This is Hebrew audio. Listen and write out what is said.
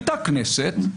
הייתה כנסת,